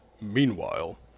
Meanwhile